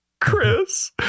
Chris